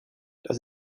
das